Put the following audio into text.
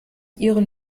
ihren